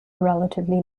relatively